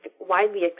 widely